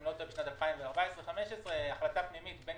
בשנת 2014 2015 בשל החלטה פנימית בין